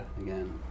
Again